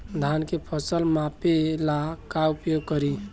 धान के फ़सल मापे ला का उपयोग करी?